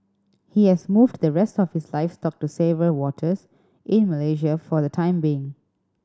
he has moved the rest of his livestock to safer waters in Malaysia for the time being